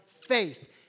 faith